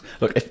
Look